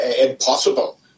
impossible